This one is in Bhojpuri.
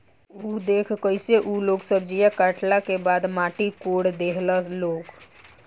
उ देखऽ कइसे उ लोग सब्जीया काटला के बाद माटी कोड़ देहलस लो